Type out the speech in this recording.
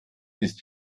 ist